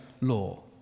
law